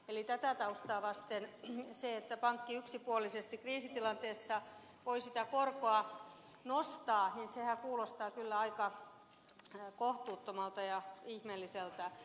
eli tätä taustaa vasten se että pankki yksipuolisesti kriisitilanteessa voi sitä korkoa nostaa kuulostaa kyllä aika kohtuuttomalta ja ihmeelliseltä